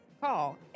Call